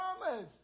promise